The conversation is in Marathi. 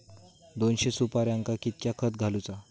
दोनशे सुपार्यांका कितक्या खत घालूचा?